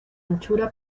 anchura